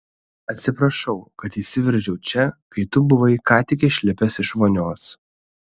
atsiprašau kad įsiveržiau čia kai tu buvai ką tik išlipęs iš vonios